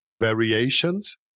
variations